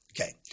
Okay